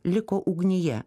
liko ugnyje